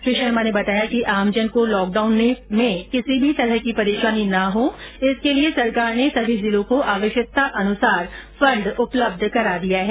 श्री शर्मा ने बताया कि आमजन को लॉकडाउन में किसी भी तरह की परेशानी ना हो इसके लिए सरकार ने सभी जिलों को आवश्यकतानुसार फंड उपलब्ध करा दिया है